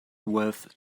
worth